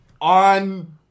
on